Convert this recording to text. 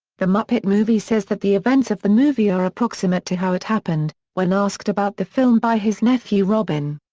the muppet movie says that the events of the movie are approximate to how it happened when asked about the film by his nephew robin.